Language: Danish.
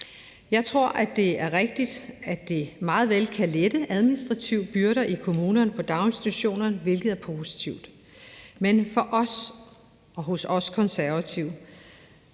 Jeg tror, at det er rigtigt, at det meget vel kan lette administrative byrder i kommunerne og på daginstitutionerne, hvilket er positivt. Men for os og hos os Konservative